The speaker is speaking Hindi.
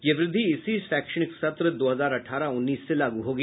यह वृद्धि इसी शैक्षणिक सत्र दो हजार अठारह उन्नीस से लागू होगी